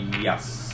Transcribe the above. Yes